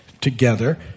together